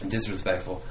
Disrespectful